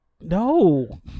No